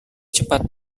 cepat